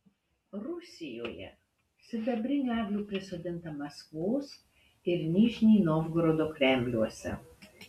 rusijoje sidabrinių eglių prisodinta maskvos ir nižnij novgorodo kremliuose